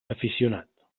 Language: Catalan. aficionat